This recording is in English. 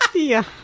ah yeah.